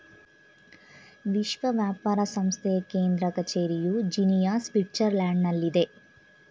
ವಿಶ್ವ ವ್ಯಾಪಾರ ಸಂಸ್ಥೆಯ ಕೇಂದ್ರ ಕಚೇರಿಯು ಜಿನಿಯಾ, ಸ್ವಿಟ್ಜರ್ಲ್ಯಾಂಡ್ನಲ್ಲಿದೆ